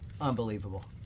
unbelievable